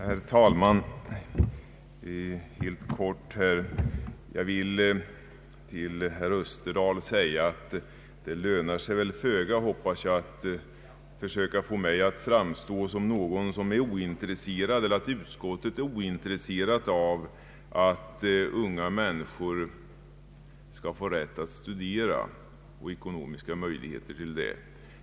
Herr talman! Jag vill helt kort till herr Österdahl säga att det väl lönar sig föga, hoppas jag, att söka få mig eller utskottet att framstå som ointresserade av att unga människor skall få rätt att studera och ekonomiska möjligheter till det.